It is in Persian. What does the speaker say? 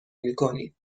میکنیم